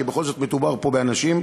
כי בכל זאת מדובר פה באנשים,